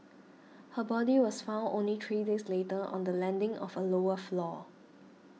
her body was found only three days later on the landing of a lower floor